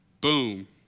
Boom